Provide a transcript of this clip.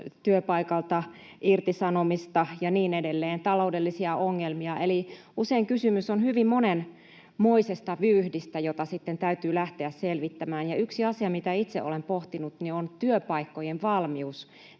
työpaikalta irtisanomista, taloudellisia ongelmia ja niin edelleen — eli usein kysymys on hyvin monenmoisesta vyyhdistä, jota sitten täytyy lähteä selvittämään. Yksi asia, mitä itse olen pohtinut, on työpaikkojen valmius